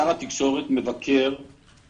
שר התקשורת עושה את זה אחרת.